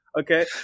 Okay